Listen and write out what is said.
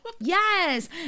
Yes